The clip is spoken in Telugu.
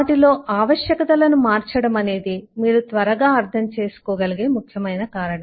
వాటిలో 'ఆవశ్యకతలను మార్చడం' అనేది మీరు త్వరగా అర్థం చేసుకోగలిగే ముఖ్యమైన కారణం